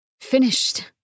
finished